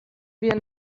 wir